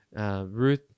Ruth